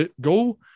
Go